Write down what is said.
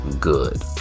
good